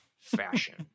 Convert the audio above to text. fashion